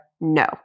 No